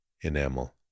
enamel